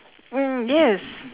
mm yes